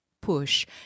push